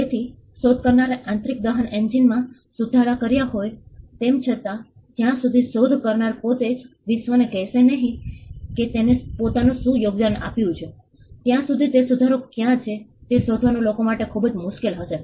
તેથી શોધ કરનારે આંતરિક દહન એન્જિનમાં સુધારા કર્યા હોઈ તેમ છતાં જ્યાં સુધી શોધ કરનાર પોતે જ વિશ્વને કહેશે નહી કે તેને પોતાનું શુ યોગદાન આપ્યું છે ત્યાં સુધી તે સુધારો ક્યાં છે તે શોધવાનું લોકો માટે ખૂબ જ મુશ્કેલ હશે